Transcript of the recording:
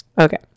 Okay